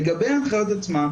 לגבי ההנחיות עצמן,